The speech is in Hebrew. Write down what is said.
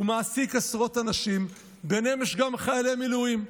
הוא מעסיק עשרות אנשים, ובהם יש גם חיילי מילואים.